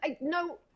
no